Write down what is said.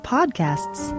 Podcasts